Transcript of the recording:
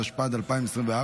התשפ"ד 2024,